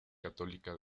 católica